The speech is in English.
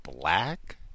black